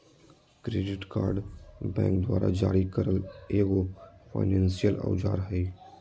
credit card bank द्वारा जारी करल एगो फायनेंसियल औजार हइ